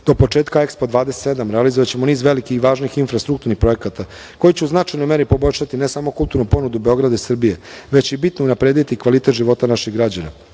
početka EXPO 27 realizovaćemo niz velikih i važnih infrastrukturnih projekata, koji će u značajnoj meri poboljšati ne samo kulturnu ponudu Beograda i Srbije, već će i bitno unaprediti kvalitet života naših građana.